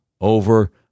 over